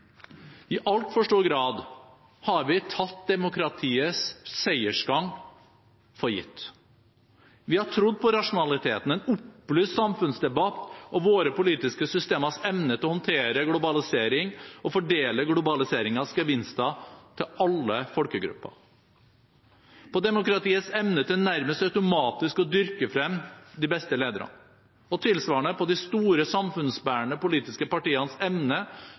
I altfor stor grad har vi tatt demokratiets seiersgang for gitt. Vi har trodd på rasjonaliteten, en opplyst samfunnsdebatt og våre politiske systemers evne til å håndtere globalisering og fordele globaliseringens gevinster til alle folkegrupper, på demokratiets evne til nærmest automatisk å dyrke frem de beste lederne, og tilsvarende på de store samfunnsbærende politiske partienes evne